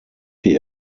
die